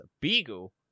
Beagle